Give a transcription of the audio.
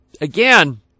again